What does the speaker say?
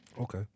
Okay